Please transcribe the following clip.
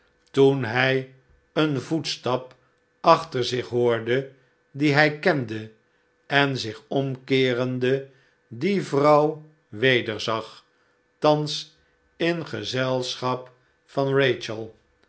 toen hij een voetstap achter zich hoorde dien hij kende en zich omkeerende die vrouw wederzag thans in gezelschap van